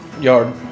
yard